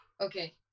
Okay